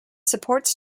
supports